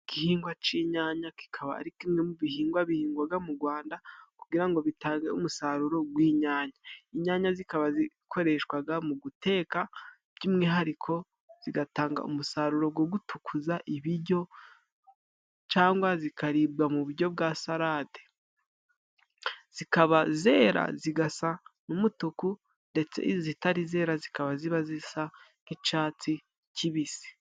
Igihingwa c'inyanya, kikaba ari kimwe mu bihingwa bihingwaga mu Rwanda, kugira ngo bitange umusaruro, inyanya zikaba zikoreshwaga mu guteka, by'umwihariko zigatanga umusaruro, gutukuza ibiryo, cyangwa zikaribwa mu buryo bwa salade, zikaba zera zigasa n'umutuku, ndetse izitari zera zikaba ziba zisa nk'icatsi kibisi.